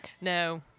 No